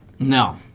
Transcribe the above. No